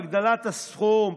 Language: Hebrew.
הגדלת הסכום,